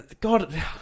God